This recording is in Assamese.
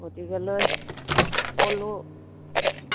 গতিকেলৈ সকলো